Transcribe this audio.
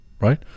right